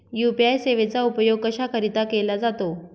UPI सेवेचा उपयोग कशाकरीता केला जातो?